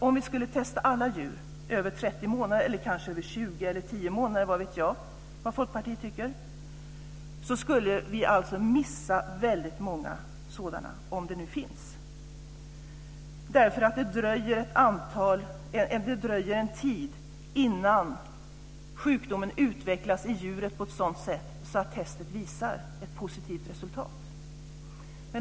Om vi ska testa alla djur över 30, 20 eller 10 månaders ålder - vad vet jag vad Folkpartiet tycker - skulle vi missa många - om de finns. Det dröjer en tid innan sjukdomen utvecklas i djuret på ett sådant sätt att testet visar ett positivt resultat.